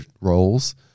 roles